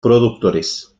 productores